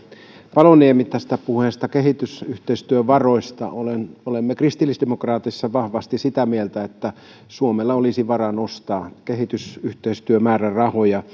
paloniemeä tästä puheesta kehitysyhteistyövaroista olemme kristillisdemokraateissa vahvasti sitä mieltä että suomella olisi varaa nostaa kehitysyhteistyömäärärahoja